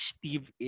Steve